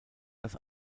das